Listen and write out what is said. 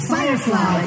Firefly